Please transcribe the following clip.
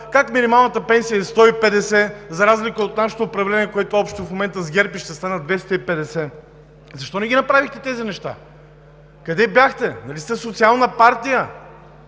как минималната пенсия е 150, за разлика от нашето управление в момента, което е общо с ГЕРБ, и ще стане 250 лв. Защо не ги направихте тези неща? Къде бяхте? Нали сте социална партия?!